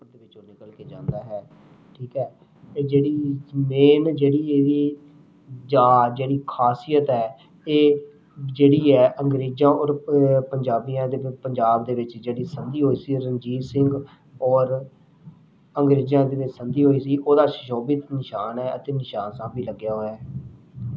ਰੋਪੜ ਦੇ ਵਿੱਚੋਂ ਨਿਕਲ ਕੇ ਜਾਂਦਾ ਹੈ ਠੀਕ ਹੈ ਇਹ ਜਿਹੜੀ ਵਿੱਚ ਮੇਨ ਜਿਹੜੀ ਇਹਦੀ ਜਾਂ ਜਿਹੜੀ ਖਾਸੀਅਤ ਹੈ ਇਹ ਜਿਹੜੀ ਹੈ ਅੰਗਰੇਜ਼ਾਂ ਔਰ ਪੰਜਾਬੀਆਂ ਦੇ ਪੰਜਾਬ ਦੇ ਵਿੱਚ ਜਿਹੜੀ ਸੰਧੀ ਹੋਈ ਸੀ ਰਣਜੀਤ ਸਿੰਘ ਔਰ ਅੰਗਰੇਜ਼ਾਂ ਦੇ ਵਿੱਚ ਸੰਧੀ ਹੋਈ ਸੀ ਉਹਦਾ ਸੁਸ਼ੋਭਿਤ ਨਿਸ਼ਾਨ ਹੈ ਅਤੇ ਨਿਸ਼ਾਨ ਸਾਹਿਬ ਵੀ ਲੱਗਿਆ ਹੋਇਆ ਹੈ